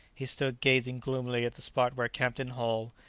he stood gazing gloomily at the spot where captain hull,